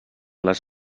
les